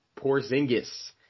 Porzingis